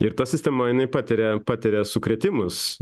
ir ta sistema jinai patiria patiria sukrėtimus